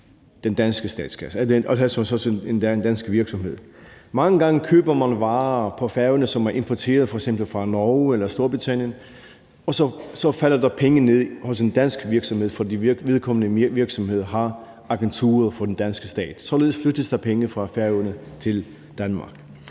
den danske statskasse, og det er så også en dansk virksomhed. Mange gange køber man varer på Færøerne, som er importeret fra f.eks. Norge eller Storbritannien, og så falder der penge ned til en dansk virksomhed, fordi vedkommende virksomhed har agenturet for den danske stat. Således flyttes der penge fra Færøerne til Danmark.